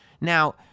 Now